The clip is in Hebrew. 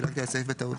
דילגתי על סעיף בטעות.